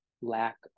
lack